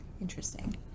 Interesting